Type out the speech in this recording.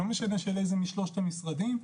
לא משנה של איזה משלושת המשרדים,